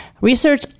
Research